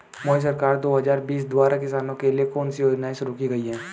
मोदी सरकार दो हज़ार बीस द्वारा किसानों के लिए कौन सी योजनाएं शुरू की गई हैं?